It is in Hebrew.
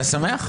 אתה שמח?